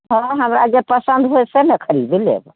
हँ हमरा जे पसन्द होएत से ने खरीद लेब